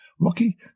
Rocky